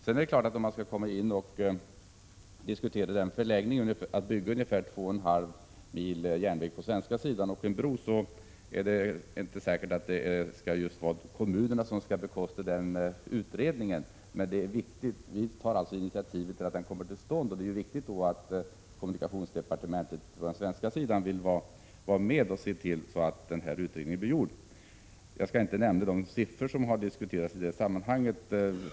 Sedan är det klart att om man skall diskutera en förlängning med ungefär 21/2 mil på den svenska sidan och en bro, är det inte säkert att just kommunerna skall bekosta den delen, men vi tar alltså initiativ till att utredningen kommer till stånd. Det är också viktigt att kommunikationsdepartementet på den svenska sidan vill vara med och att man ser till att den här utredningen blir gjord. Jag skall inte nämna de siffror som har diskuterats i det sammanhanget.